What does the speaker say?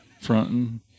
fronting